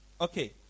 Okay